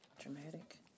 Dramatic